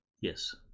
Yes